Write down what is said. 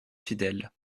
fidèles